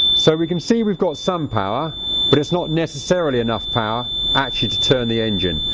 so we can see we've got some power but it's not necessarily enough power actually to turn the engine.